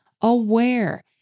aware